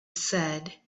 said